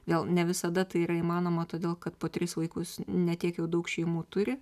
vėl ne visada tai yra įmanoma todėl kad po tris vaikus ne tiek jau daug šeimų turi